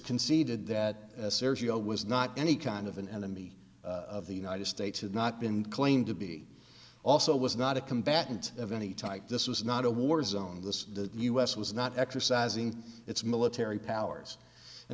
conceded that sergio was not any kind of an enemy of the united states had not been claimed to be also was not a combatant of any type this was not a war zone the u s was not exercising its military powers and